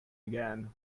again